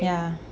ya